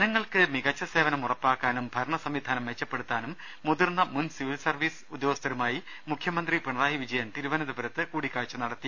ജനങ്ങൾക്ക് മികച്ച സേവനം ഉറപ്പാക്കാനും ഭരണസംവിധാനം മെച്ചപ്പെടുത്താനും മുതിർന്ന മുൻ സിവിൽ സർവീസ് ഉദ്യോഗസ്ഥരുമായി മുഖ്യമന്ത്രി പിണറായി വിജയൻ തിരുവനന്തപുരത്ത് കൂടിക്കാഴ്ച നടത്തി